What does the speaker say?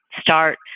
start